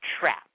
trap